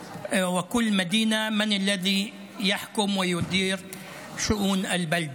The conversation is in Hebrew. כל כפר וכל עיר יקבעו מי ישלוט וינהל את ענייני היישוב.